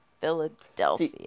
Philadelphia